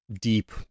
deep